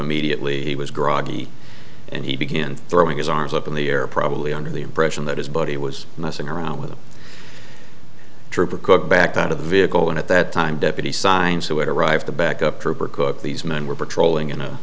immediately he was groggy and he began throwing his arms up in the air probably under the impression that his body was messing around with a trooper cook backed out of the vehicle and at that time deputy signes who had arrived the backup trooper cook these men were patrolling in a